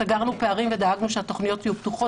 סגרנו פערים ודאגנו שהתוכניות יהיו פתוחות